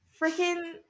freaking-